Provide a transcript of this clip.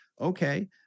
Okay